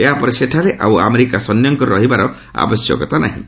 ଏହାପରେ ସେଠାରେ ଆଉ ଆମେରିକା ସୈନ୍ୟଙ୍କର ରହିବାର ଆବଶ୍ୟକତା ନାହିଁ